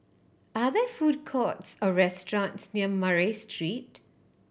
are there food courts or restaurants near Murray Street